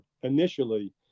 initially